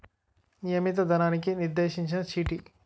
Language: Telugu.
నియమిత ధనానికి నిర్దేశించిన చీటీ